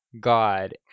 God